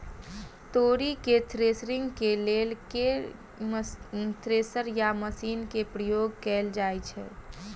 तोरी केँ थ्रेसरिंग केँ लेल केँ थ्रेसर या मशीन केँ प्रयोग कैल जाएँ छैय?